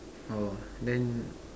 oh then